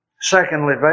Secondly